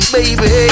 Baby